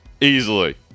easily